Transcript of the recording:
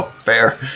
Fair